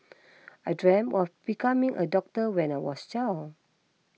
I dreamt of becoming a doctor when I was child